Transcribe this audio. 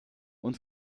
und